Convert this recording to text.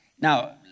Now